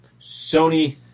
Sony